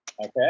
Okay